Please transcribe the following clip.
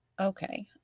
okay